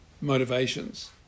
motivations